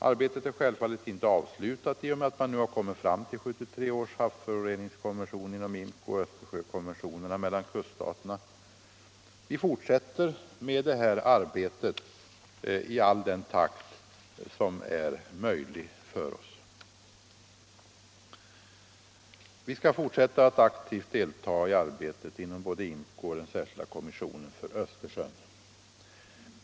Arbetet är självfallet inte avslutat i och med att man nu har kommit fram till 1973 års havsföroreningskonvention inom IMCO och Östersjökonventionerna mellan kuststaterna. Vi fortsätter att aktivt delta i arbetet inom både IMCO och den särskilda kommissionen för Östersjön.